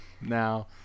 now